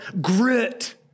grit